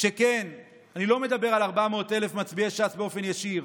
שכן אני לא מדבר על 400,000 מצביעי ש"ס באופן ישיר,